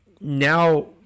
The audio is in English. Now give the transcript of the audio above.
now